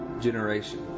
Generation